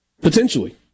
Potentially